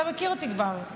אתה מכיר אותי כבר,